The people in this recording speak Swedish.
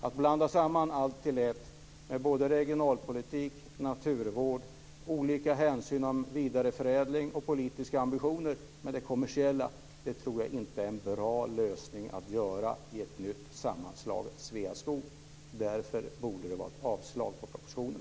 Att blanda samman allt, dvs. regionalpolitik, naturvård, olika hänsyn till vidareförädling och politiska ambitioner, med det kommersiella tror jag inte är en bra lösning i ett nytt sammanslaget Sveaskog. Därför borde det bli ett avslag på propositionen.